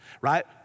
right